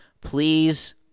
please